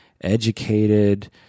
educated